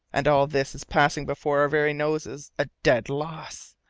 and all this is passing before our very noses a dead loss!